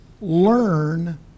learn